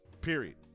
Period